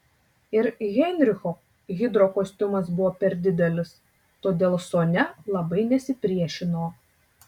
ir heinricho hidrokostiumas buvo per didelis todėl sonia labai nesipriešino